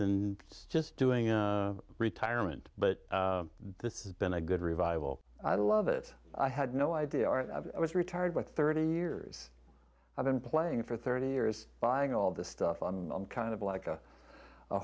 and just doing a retirement but this has been a good revival i love it i had no idea i was retired with thirty years i've been playing for thirty years buying all this stuff and i'm kind of like a